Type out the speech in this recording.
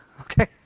Okay